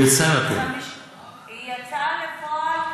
היא יצאה לפועל.